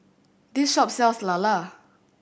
this shop sells lala